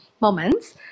moments